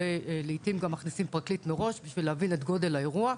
ולעיתים גם מכניסים פרקליט מראש כדי להבין את גודל האירוע,